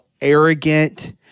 arrogant